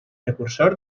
precursor